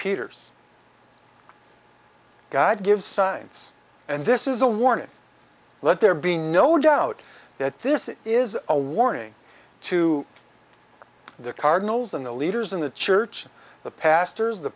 peter's god gives science and this is a warning let there be no doubt that this is a warning to the cardinals and the leaders in the church the pastors the